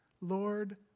Lord